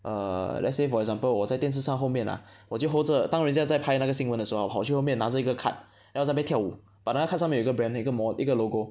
err let's say for example 我在电视上后面 ah 我就 hold 这当人家在拍那个新闻的时候 ah 我跑去后面拿着一个 card then 我在那边跳舞 but 那个 card 上面有一个 brand 一个 mod~ 一个 logo